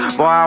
Boy